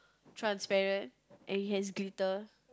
transparent and it has glitter